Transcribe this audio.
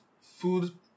food